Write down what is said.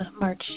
March